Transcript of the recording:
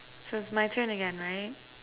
so it's my turn again right